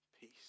Peace